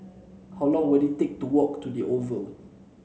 how long will it take to walk to the Oval